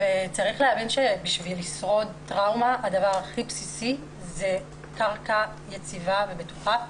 צריך להבין שבשביל לשרוד טראומה הדבר הכי בסיסי זאת קרקע יציבה ובטוחה.